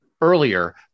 earlier